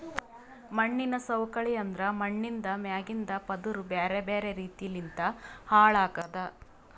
ಮಣ್ಣಿನ ಸವಕಳಿ ಅಂದುರ್ ಮಣ್ಣಿಂದ್ ಮ್ಯಾಗಿಂದ್ ಪದುರ್ ಬ್ಯಾರೆ ಬ್ಯಾರೆ ರೀತಿ ಲಿಂತ್ ಹಾಳ್ ಆಗದ್